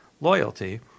loyalty